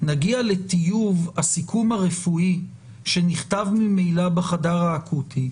נגיע לטיוב הסיכום הרפואי שנכתב ממילא בחדר האקוטי,